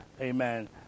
amen